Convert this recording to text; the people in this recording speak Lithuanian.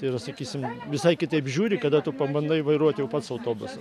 ir sakysim visai kitaip žiūri kada tu pabandai vairuot jau pats autobusą